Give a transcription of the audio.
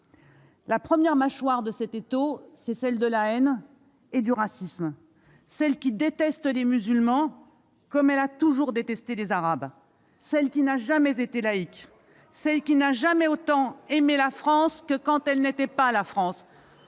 La première mâchoire de cet étau est celle de la haine et du racisme, celle qui déteste les musulmans comme elle a toujours détesté les Arabes, celle qui n'a jamais été laïque, celle qui n'a jamais autant aimé la France que quand elle n'était pas la France.